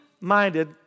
minded